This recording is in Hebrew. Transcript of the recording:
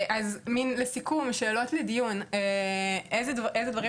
אז, לסיכום, שאלות לדיון אילו דברים